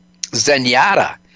zenyatta